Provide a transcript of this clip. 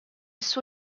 suo